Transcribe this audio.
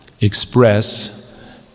express